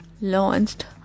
launched